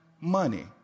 money